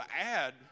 add